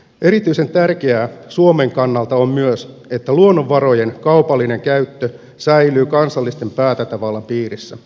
erityisen tärkeää suomen kannalta on myös että luonnonvarojen kaupallinen käyttö säilyy kansallisen päätäntävallan piirissä